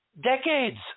decades